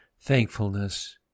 thankfulness